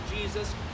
Jesus